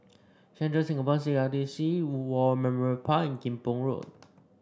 Central Singapore C R D C War Memorial Park and Kim Pong Road